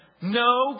No